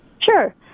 sure